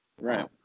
Right